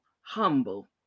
humble